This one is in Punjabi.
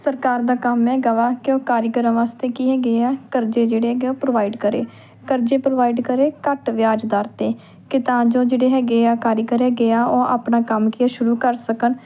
ਸਰਕਾਰ ਦਾ ਕੰਮ ਹੈਗਾ ਵਾ ਕਿ ਉਹ ਕਾਰੀਗਰਾਂ ਵਾਸਤੇ ਕੀ ਹੈਗੇ ਆ ਕਰਜ਼ੇ ਜਿਹੜੇ ਹੈਗੇ ਉਹ ਪ੍ਰੋਵਾਈਡ ਕਰੇ ਕਰਜ਼ੇ ਪ੍ਰੋਵਾਈਡ ਕਰੇ ਘੱਟ ਵਿਆਜ਼ ਦਰ 'ਤੇ ਕਿ ਤਾਂ ਜੋ ਜਿਹੜੇ ਹੈਗੇ ਆ ਕਾਰੀਗਰ ਹੈਗੇ ਆ ਉਹ ਆਪਣਾ ਕੰਮ ਕੀ ਆ ਸ਼ੁਰੂ ਕਰ ਸਕਣ